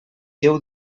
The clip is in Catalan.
déu